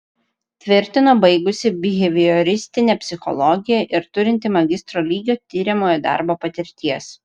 tvirtino baigusi bihevioristinę psichologiją ir turinti magistro lygio tiriamojo darbo patirties